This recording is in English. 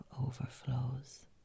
overflows